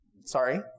sorry